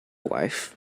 wife